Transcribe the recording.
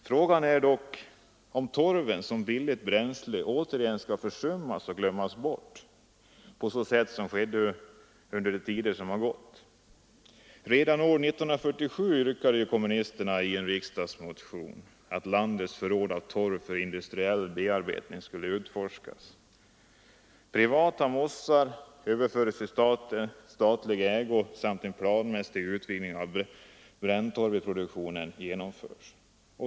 Frågan är nu om torven som billigt bränsle återigen skall försummas och glömmas bort på samma sätt som skett under tider som gått. Redan år 1947 yrkade kommunisterna i en riksdagsmotion att landets förråd av torv för industriell bearbetning skulle utforskas, privata mossar överföras i statlig ägo och en planmässig utvinning av bränntorv genomföras.